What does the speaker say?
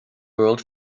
world